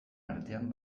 artean